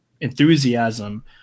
enthusiasm